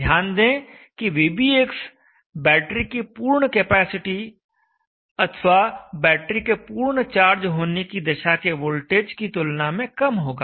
ध्यान दें कि vbx बैटरी की पूर्ण केपेसिटी अथवा बैटरी के पूर्ण चार्ज होने की दशा के वोल्टेज की तुलना में कम होगा